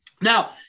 Now